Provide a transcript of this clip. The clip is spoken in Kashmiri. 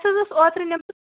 اَسہِ حظ ٲس اوترٕ نِمژٕ